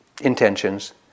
intentions